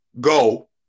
go